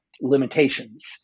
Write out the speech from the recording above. limitations